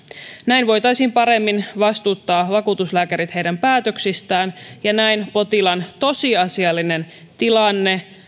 näin voitaisiin paremmin vastuuttaa vakuutuslääkärit heidän päätöksistään ja näin potilaan tosiasiallinen tilanne